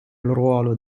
ruolo